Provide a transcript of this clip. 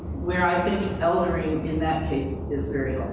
where i think eldering, in that case, is very